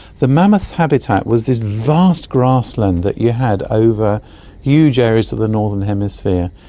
the mammoths' habitat was this vast grassland that you had over huge areas of the northern hemisphere.